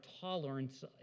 tolerance